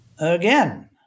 again